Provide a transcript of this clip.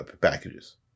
packages